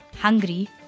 hungry